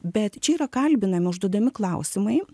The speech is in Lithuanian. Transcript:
bet čia yra kalbinami užduodami klausimai